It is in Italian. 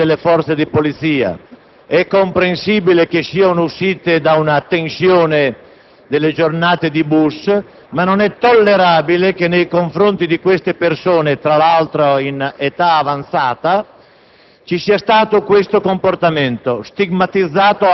vi è stato un comportamento intollerabile da parte delle forze di polizia. È comprensibile che esse siano uscite da una certa tensione per le giornate di visita di Bush, ma non è tollerabile che nei confronti di queste persone, tra l'altro in età avanzata,